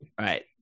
right